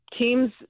Teams